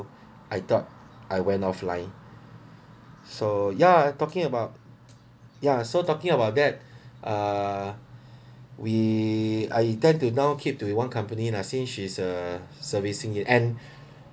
I thought I went offline so ya talking about ya so talking about that uh we I intend to now keep to one company since she is uh servicing it and